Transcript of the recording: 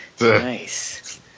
Nice